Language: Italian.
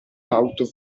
auto